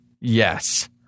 Yes